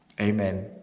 Amen